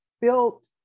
built